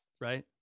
right